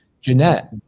Jeanette